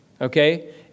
Okay